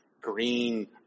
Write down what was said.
green